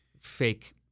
fake